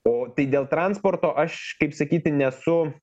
o tai dėl transporto aš kaip sakyti nesu